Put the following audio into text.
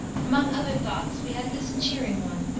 among other thoughts we had this cheering one,